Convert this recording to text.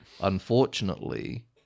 unfortunately